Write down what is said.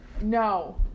No